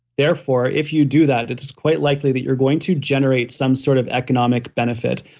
therefore, if you do that, it's it's quite likely that you're going to generate some sort of economic benefit.